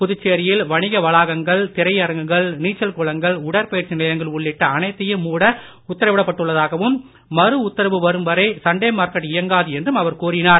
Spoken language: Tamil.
புதுச்சேரியில் வணிக வளாகங்கள் திரையரங்குகள் நீச்சல் குளங்கள் உடற்பயிற்சி நிலையங்கள் உள்ளிட்ட அனைத்தையும் மூட உத்தரவிடப் பட்டுள்ளதாகவும் மறு உத்தரவு வரும் வரை சண்டே மார்க்கெட் இயங்காது என்றும் அவர் கூறினார்